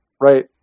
right